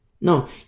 no